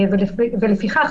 ולפיכך,